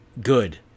good